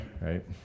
right